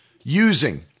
using